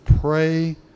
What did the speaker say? Pray